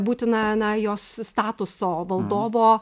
būtiną na jos statuso valdovo